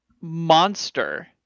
monster